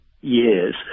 years